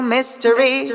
Mystery